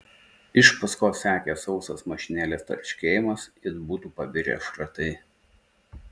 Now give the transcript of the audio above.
iš paskos sekė sausas mašinėlės tarškėjimas it būtų pabirę šratai